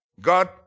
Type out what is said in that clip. God